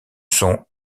sont